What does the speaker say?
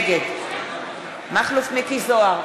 נגד מכלוף מיקי זוהר,